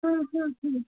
হুম হুম হুম